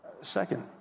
Second